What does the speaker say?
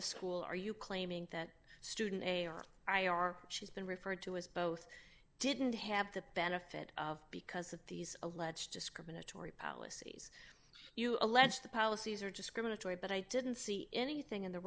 the school are you claiming that student a r i r has been referred to as both didn't have the benefit because of these alleged discriminatory policies you allege the policies are discriminatory but i didn't see anything in the